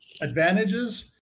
advantages